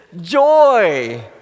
Joy